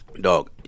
Dog